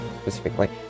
specifically